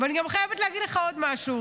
ואני גם חייבת להגיד לך עוד משהו.